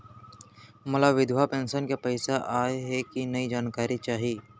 मोला विधवा पेंशन के पइसा आय हे कि नई जानकारी चाही?